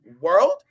world